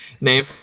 name